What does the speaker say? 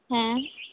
ᱦᱮᱸ